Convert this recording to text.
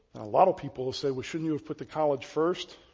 a lot of people will say, well, shouldn't you have put the college first?